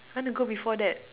I want to go before that